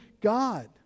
God